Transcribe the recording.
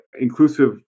inclusive